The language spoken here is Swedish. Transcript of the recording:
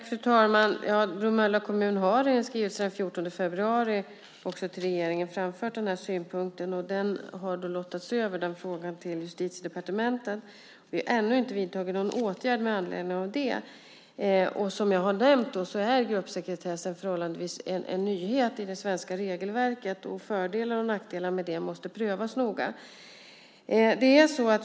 Fru talman! Bromölla kommun har i en skrivelse den 14 februari till regeringen framfört den synpunkten, och den frågan har lottats över till Justitiedepartementet. Vi har ännu inte vidtagit någon åtgärd med anledning av det. Som jag har nämnt är gruppsekretessen en nyhet i det svenska regelverket. Fördelar och nackdelar med det måste prövas noga.